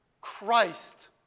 Christ